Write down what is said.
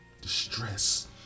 distress